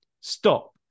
stop